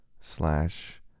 slash